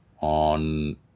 on